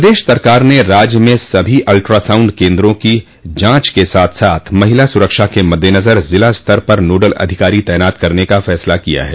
प्रदेश सरकार ने राज्य में सभी अल्ट्रासाउंड केन्द्रों की जांच के साथ साथ महिला सुरक्षा के मद्देनज़र जिला स्तर पर नोडल अधिकारी तैनात करने का फसला किया है